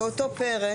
22. בפרק